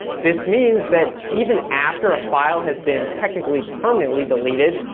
this means that even after a file has been permanently permanently deleted,